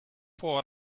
può